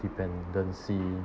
dependency